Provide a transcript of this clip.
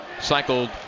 cycled